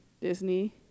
Disney